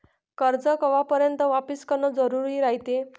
कर्ज कवापर्यंत वापिस करन जरुरी रायते?